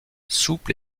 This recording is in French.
souples